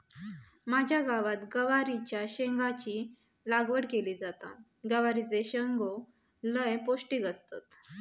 माझ्या गावात गवारीच्या शेंगाची लागवड केली जाता, गवारीचे शेंगो लय पौष्टिक असतत